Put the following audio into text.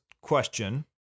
question